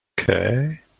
Okay